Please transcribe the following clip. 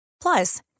Plus